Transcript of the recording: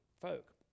folk